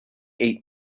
eat